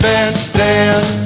Bandstand